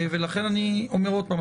ולכן אני אומר עוד פעם,